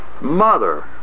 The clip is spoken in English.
mother